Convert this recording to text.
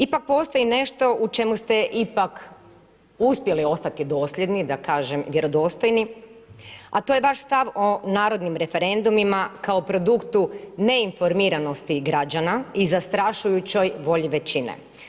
Ipak postoji nešto u čemu ste ipak uspjeli ostati dosljedni, da kažem vjerodostojni, a to je vaš stav o narodnim referendumima kao produktu neinformiranosti građana i zastrašujućoj volji većine.